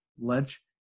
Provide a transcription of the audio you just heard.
lunch